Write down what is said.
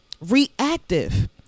reactive